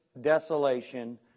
desolation